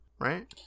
right